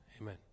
Amen